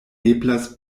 eblas